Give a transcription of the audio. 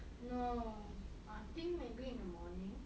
no I think maybe in the morning